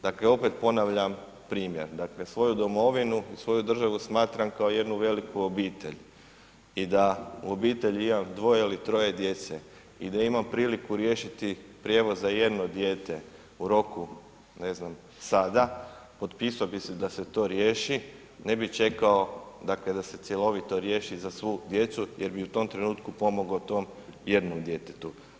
Dakle, opet ponavljam primjer, dakle svoju domovinu, svoju državu smatram kao jednu veliku obitelj i da u obitelji imam dvoje ili troje djece i da imam priliku riješiti prijevoz za jedno dijete u roku ne znam sada, potpisao bi se da se to riješi, ne bi čekao da se cjelovito riješi za svu djecu jer bi u tom trenutku pomogo tom jednom djetetu.